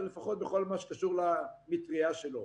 ולפחות בכל מה שקשור למטרייה שלו.